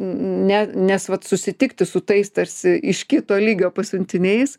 ne nes vat susitikti su tais tarsi iš kito lygio pasiuntiniais